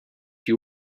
you